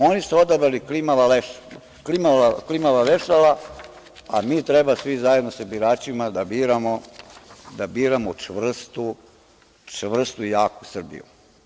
Oni su odabrali klimava vešala, a mi treba svi zajedno sa biračima da biramo čvrstu i jaku Srbiju.